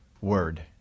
word